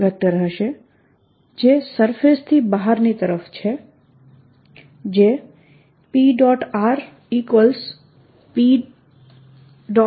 n હશે જે સરફેસથી બહારની તરફ છે જે P